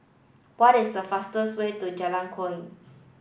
what is the fastest way to Jalan Kuak